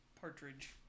Partridge